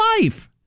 life